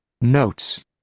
Notes